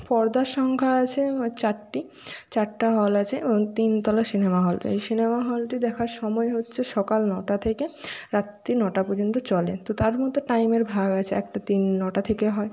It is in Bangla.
পর্দার সংখ্যা আছে চারটি চারটি হল আছে এবং তিনতলা সিনেমা হল তো এই সিনেমা হলটি দেখার সময় হচ্ছে সকাল নটা থেকে রাত্রি নটা পর্যন্ত চলে তো তার মধ্যে টাইমের ভাগ আছে একটা তিন নটা থেকে হয়